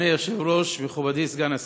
אדוני היושב-ראש, מכובדי סגן השר,